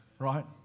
Right